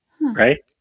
right